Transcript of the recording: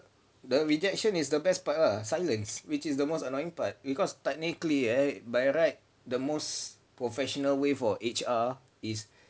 the rejection is the best part ah silence which is the most annoying part because technically eh by right the most professional way for H_R is